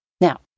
Now